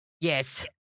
Yes